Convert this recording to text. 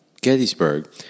Gettysburg